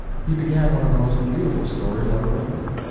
he began one of the most beautiful stories ever written,